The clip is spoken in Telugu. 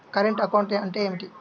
కరెంటు అకౌంట్ అంటే ఏమిటి?